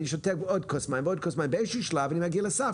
אני שותה עוד כוס מים ועוד כוס מים -באיזשהו שלב אני מגיע לסף,